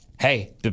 hey